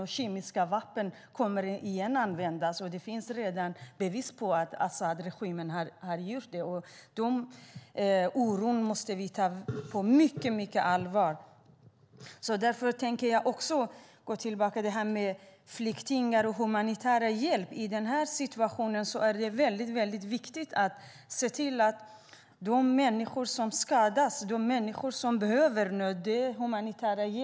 Det finns bevis på att Asadregimen har använt kemiska vapen, och sådana kommer att användas igen. Vi måste därför ta oron på mycket stort allvar. Låt mig gå tillbaka till frågan om flyktingar och humanitär hjälp. I den här situationen är det viktigt att se till att människor som skadas, människor som behöver hjälp, verkligen får det.